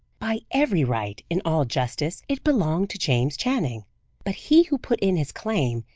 by every right, in all justice, it belonged to james channing but he who put in his claim,